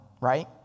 right